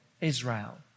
Israel